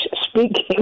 speaking